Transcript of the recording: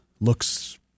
looks